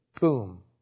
boom